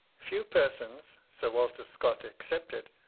few persons, sir walter scott excepted,